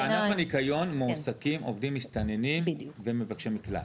באגף הניקיון מועסקים עובדים מסתננים ומבקשי מקלט,